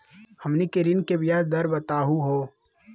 हमनी के ऋण के ब्याज दर बताहु हो?